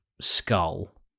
skull